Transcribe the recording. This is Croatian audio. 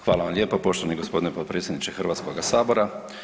Hvala vam lijepa poštovani gospodine potpredsjedniče Hrvatskoga sabora.